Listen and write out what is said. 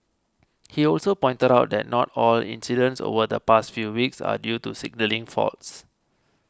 he also pointed out that not all incidents over the past few weeks are due to signalling faults